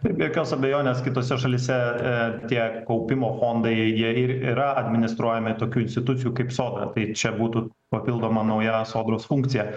be jokios abejonės kitose šalyse tie tie kaupimo fondai jei ir yra administruojami tokių institucijų kaip sodra tai čia būtų papildoma nauja sodros funkcija